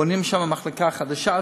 בונים שם מחלקה חדשה.